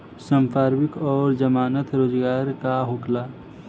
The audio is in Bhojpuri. संपार्श्विक और जमानत रोजगार का होला?